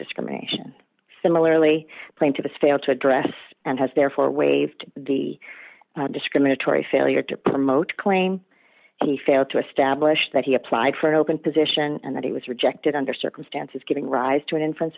discrimination similarly plaintiff failed to address and has therefore waived the discriminatory failure to promote claim he failed to establish that he applied for an open position and that he was rejected under circumstances giving rise to an inference